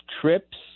trips